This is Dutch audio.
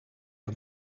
een